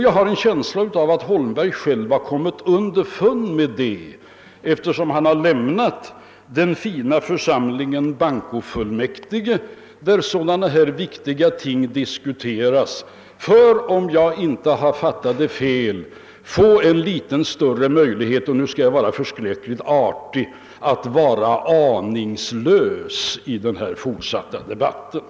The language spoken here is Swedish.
Jag har en känsla av att herr Holmberg själv kommit underfund med den saken, eftersom han lämnat den fina församlingen bankofullmäktige, där sådana här viktiga ting diskuteras, för att om jag inte fattat fel, få något större möjlighet att — och nu skall jag var mycket artig — vara aningslös i den fortsatta debatten.